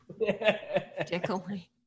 Dickily